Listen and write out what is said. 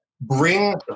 bring